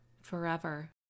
Forever